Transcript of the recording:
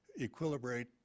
equilibrate